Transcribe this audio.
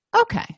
Okay